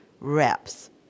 reps